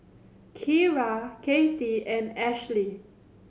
Keira Cathey and Ashleigh